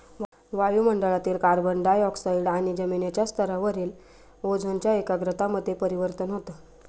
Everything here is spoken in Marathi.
वायु मंडळातील कार्बन डाय ऑक्साईड आणि जमिनीच्या स्तरावरील ओझोनच्या एकाग्रता मध्ये परिवर्तन होतं